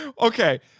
Okay